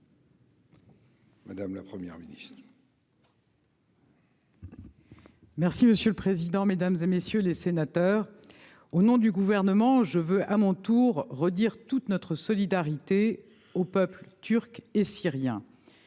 Mme la Première ministre.